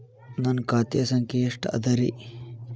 ನನ್ನ ಖಾತೆ ಸಂಖ್ಯೆ ಎಷ್ಟ ಅದರಿ?